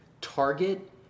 Target